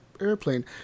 airplane